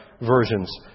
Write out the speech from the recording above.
versions